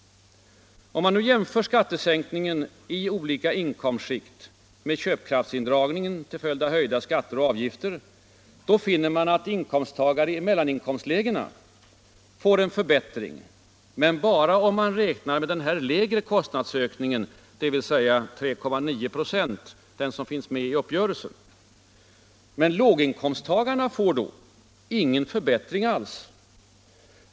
Om man sedan jämför skattesänkningen i olika inkomstskikt med köpkraftsindragningen till följd av höjda skatter och avgifter, finner man att inkomsttagare i mellaninkomstlägena får en förbättring, men bara om man räknar med den lägre kostnadsökningen, dvs. 3,9 96, den som finns med i uppgörelsen. Men låginkomsttagarna får då ingen förbättring alls.